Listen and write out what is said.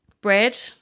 Bread